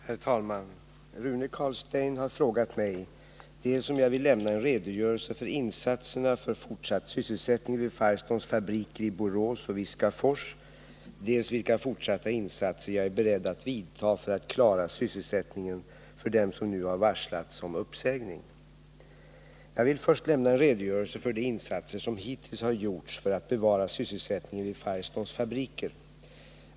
Herr talman! Rune Carlstein har frågat mig dels om jag vill lämna en redogörelse för insatserna för fortsatt sysselsättning vid Firestones fabriker i Borås och Viskafors, dels vilka fortsatta insatser jag är beredd att vidta för att klara sysselsättningen för dem som nu har varslats om uppsägning. Jag vill först lämna en redogörelse för de insatser som hittills har gjorts för att bevara sysselsättningen vid Firestones fabriker.